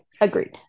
agreed